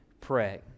pray